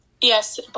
Yes